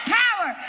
power